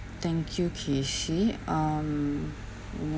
thank you kacey um